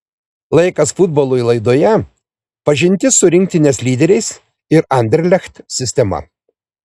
laikas futbolui laidoje pažintis su rinktinės lyderiais ir anderlecht sistema